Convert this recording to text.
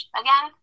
again